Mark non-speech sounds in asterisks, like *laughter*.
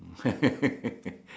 *laughs*